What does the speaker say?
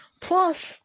Plus